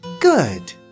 Good